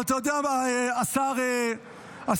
אבל אתה יודע מה, השר לוין?